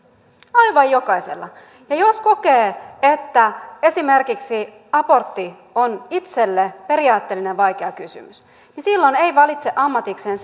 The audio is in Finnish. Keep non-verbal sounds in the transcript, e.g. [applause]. aivan jokaisella ja jos kokee että esimerkiksi abortti on itselle vaikea periaatteellinen kysymys niin silloin ei valitse ammatikseen [unintelligible]